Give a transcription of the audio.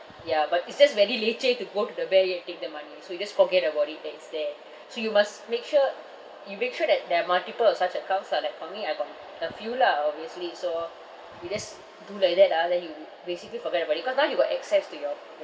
ya but it's just very leceh to go to the bank and take the money so you just forget about it that it's there so you must make sure you make sure that there are multiple of such accounts lah like for me I got a few lah obviously so you just do like that ah then you basically forget about it cause now you got access to your your